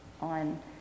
on